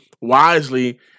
wisely